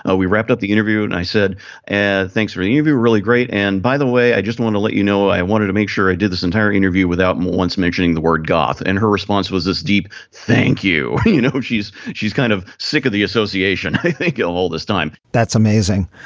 ah we wrapped up the interview and i said and thanks for you you've been really great. and by the way i just want to let you know i wanted to make sure i did this entire interview without once mentioning the word goth. and her response was this deep. thank you. you you know she's she's kind of sick of the association. i think it'll all this time that's amazing.